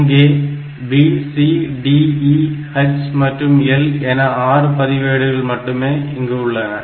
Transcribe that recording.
இங்கே B C D E H மற்றும் L என ஆறு பதிவேடுகள் மட்டுமே இங்கு உள்ளன